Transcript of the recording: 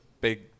big